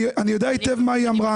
אני יודע היטב מה היא אמרה